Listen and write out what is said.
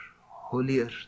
holier